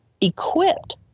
equipped